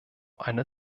einer